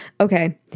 Okay